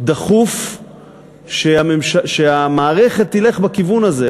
דחוף שהמערכת תלך בכיוון הזה,